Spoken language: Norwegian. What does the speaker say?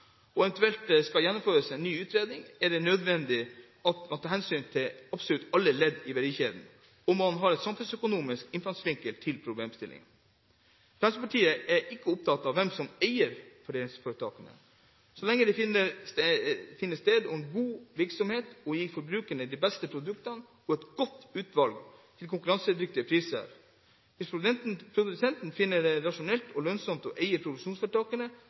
det eventuelt skal gjennomføres en ny utredning, er det derfor nødvendig at den tar hensyn til absolutt alle ledd i verdikjeden, og at den har en samfunnsøkonomisk innfallsvinkel til problemstillingen. Fremskrittspartiet er ikke opptatt av hvem som eier foredlingsforetakene, så lenge det finner sted god og virksom konkurranse som gir forbrukerne de beste produktene og et godt utvalg til konkurransedyktige priser. Hvis produsenten finner det rasjonelt og lønnsomt å eie produksjonsforetakene